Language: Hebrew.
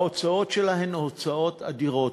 ההוצאות שלהם הן אדירות.